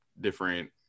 different